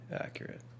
accurate